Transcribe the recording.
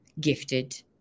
gifted